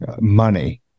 money